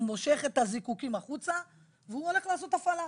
מושך את הזיקוקין החוצה והוא הולך לעשות הפעלה.